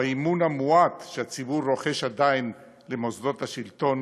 באמון המועט שהציבור רוחש עדיין למוסדות השלטון,